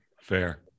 fair